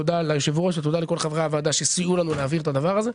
תודה ליושב הראש ותודה לכל חברי הוועדה שסייעו לנו להעביר את הדבר הזה.